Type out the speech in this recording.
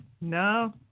No